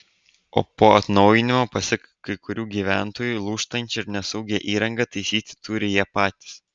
o po atnaujinimo pasak kai kurių gyventojų lūžtančią ir nesaugią įrangą taisyti turi jie patys